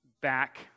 back